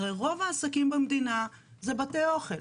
הרי רוב העסקים במדינה זה בתי אוכל.